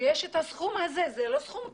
שיש את הסכום הזה, זה לא סכום קטן.